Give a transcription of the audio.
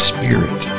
Spirit